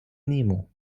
nemo